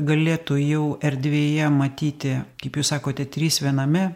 galėtų jau erdvėje matyti kaip jūs sakote trys viename